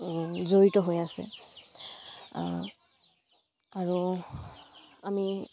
জড়িত হৈ আছে আৰু আমি